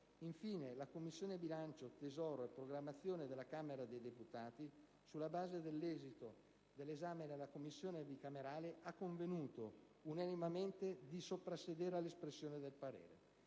Infine, la Commissione bilancio, tesoro e programmazione della Camera dei deputati, sulla base dell'esito dell'esame nella Commissione bicamerale, ha convenuto unanimemente di soprassedere all'espressione del parere.